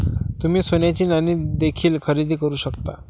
तुम्ही सोन्याची नाणी देखील खरेदी करू शकता